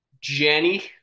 Jenny